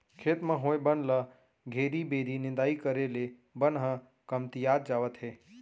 खेत म होए बन ल घेरी बेरी निंदाई करे ले बन ह कमतियात जावत हे